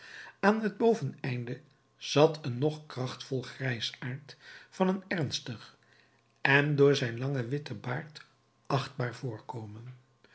aan het boveneinde zat een nog krachtvol grijsaard van een ernstig en door zijn langen witten baard achtbaar voorkomen